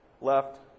left